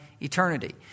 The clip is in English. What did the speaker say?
eternity